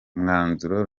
mwanzuro